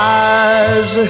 eyes